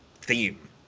theme